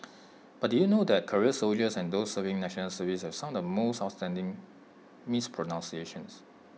but did you know that career soldiers and those serving National Service have some of the most outstanding mispronunciations